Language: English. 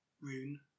Rune